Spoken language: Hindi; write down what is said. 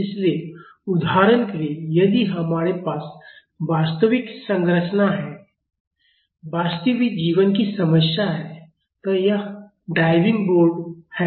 इसलिए उदाहरण के लिए यदि हमारे पास वास्तविक संरचना है वास्तविक जीवन की समस्या है तो यह डाइविंग बोर्ड है